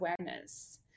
awareness